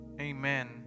Amen